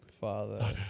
father